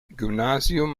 gymnasium